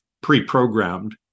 pre-programmed